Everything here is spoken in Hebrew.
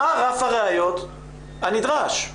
מה רף הראיות הנדרש?